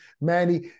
Manny